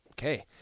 Okay